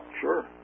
sure